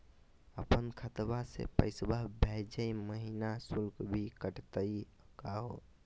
अपन खतवा से पैसवा भेजै महिना शुल्क भी कटतही का हो?